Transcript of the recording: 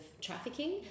trafficking